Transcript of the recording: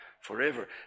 forever